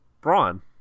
Braun